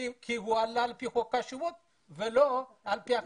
כי הוא עלה על פי חוק השבות ולא לפי החלטות הממשלה.